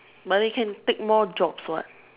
but then you can take more jobs [what]